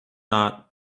not